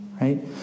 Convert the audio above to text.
right